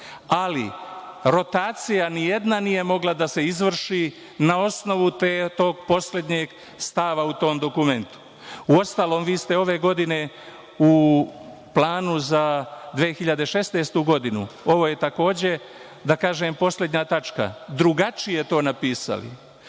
ali rotacija nijedna nije mogla da se izvrši na osnovu tog poslednjeg stava u tom dokumentu. Uostalom, vi ste ove godine u planu za 2016. godinu, ovo je takođe, da kažem, poslednja tačka, drugačije to napisali.